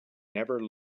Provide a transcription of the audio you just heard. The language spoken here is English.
never